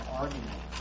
argument